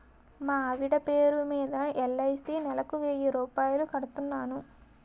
మా ఆవిడ పేరు మీద ఎల్.ఐ.సి నెలకు వెయ్యి రూపాయలు కడుతున్నాను